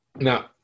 Now